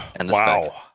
Wow